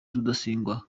rudasingwa